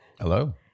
Hello